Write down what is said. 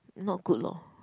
not good lor